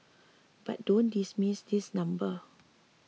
but don't dismiss this number